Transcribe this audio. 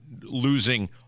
losing